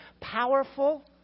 powerful